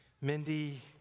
Mindy